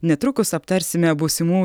netrukus aptarsime būsimų